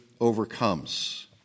overcomes